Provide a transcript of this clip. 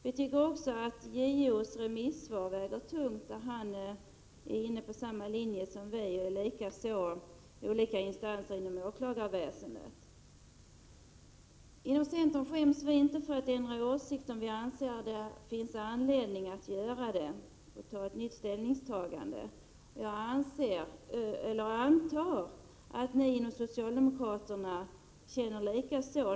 Vi tycker också att JO:s remissvar väger tungt. JO är inne på samma linje som vi. Det är även olika instanser inom åklagarväsendet. Inom centern skäms vi inte för att ändra åsikt och göra ett nytt ställningstagande, om vi anser att det finns anledning att göra det. Jag antar att ni inom socialdemokratin känner likadant.